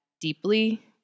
deeply